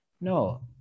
No